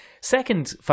Second